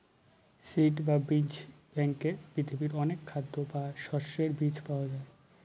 seed বা বীজ ব্যাঙ্কে পৃথিবীর অনেক খাদ্যের বা শস্যের বীজ পাওয়া যায়